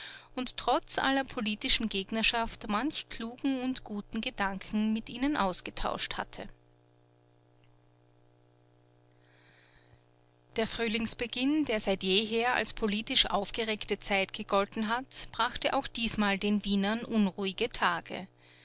und trotz aller politischen gegnerschaft manch klugen und guten gedanken mit ihnen ausgetauscht hatte der frühlingsbeginn der seit jeher als politisch aufgeregte zeit gegolten hat brachte auch diesmal den wienern unruhige tage